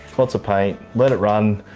lots of paint. let it run.